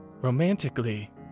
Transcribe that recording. Romantically